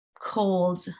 cold